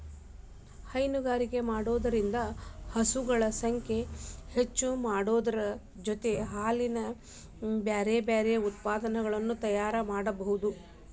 ಹೈನುಗಾರಿಕೆ ಮಾಡೋದ್ರಿಂದ ಹಸುಗಳ ಸಂಖ್ಯೆ ಹೆಚ್ಚಾಮಾಡೋದರ ಜೊತೆಗೆ ಹಾಲಿನ ಬ್ಯಾರಬ್ಯಾರೇ ಉತ್ಪನಗಳನ್ನ ತಯಾರ್ ಮಾಡ್ಬಹುದು